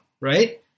right